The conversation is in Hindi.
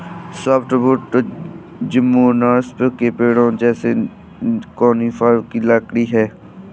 सॉफ्टवुड जिम्नोस्पर्म के पेड़ों जैसे कॉनिफ़र की लकड़ी है